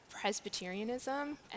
Presbyterianism